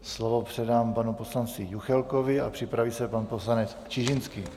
Slovo předám panu poslanci Juchelkovi a připraví se pan poslanec Čižinský.